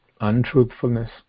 Untruthfulness